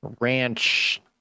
ranch